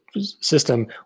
system